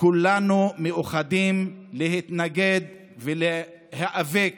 כולנו מאוחדים בלהתנגד ולהיאבק